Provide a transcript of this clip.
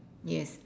yes